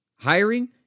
Hiring